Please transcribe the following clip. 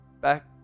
back